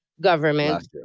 government